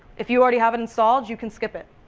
if you already have it installed you can skip it.